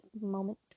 moment